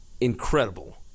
incredible